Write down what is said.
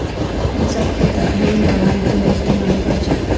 हमसार खेतत हम दरांतीर इस्तेमाल कर छेक